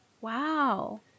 Wow